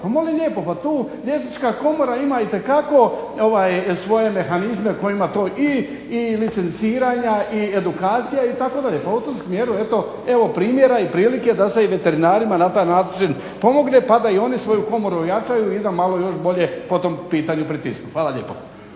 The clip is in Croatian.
molim lijepo pa tu Liječnička komora ima itekako svoje mehanizme kojima to i licenciranja i edukacija itd. Pa u tom smjeru eto evo primjera i prilike da se i veterinarima na taj način pomogne pa da i oni svoju Komoru ojačaju i da malo još bolje po tom pitanju pritisnu. Hvala lijepo.